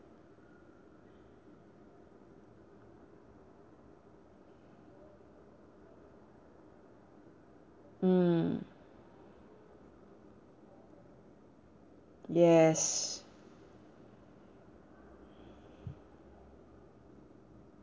mm yes